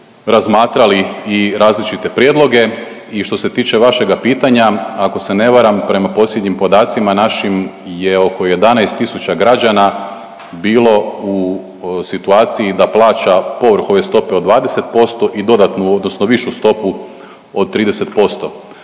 razmatrali i različite prijedloge i što se tiče vašega pitanja, ako se ne varam, prema posljednjim podacima našim je oko 11 tisuća građana bilo u situaciji da plaća povrh ove stope od 20% i dodatnu odnosno višu stopu od 30%,